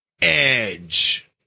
Edge